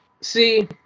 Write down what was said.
See